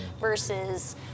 versus